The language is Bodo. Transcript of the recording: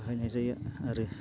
बाहायनाय जायो आरो